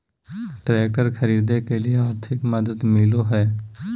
Tractor खरीदे के लिए आर्थिक मदद मिलो है?